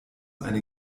eine